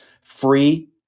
free